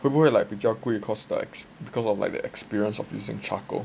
会不会 like 比较贵 because of like the experience of using charcoal